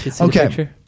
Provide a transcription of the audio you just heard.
Okay